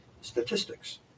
statistics